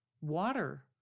water